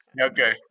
okay